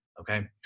Okay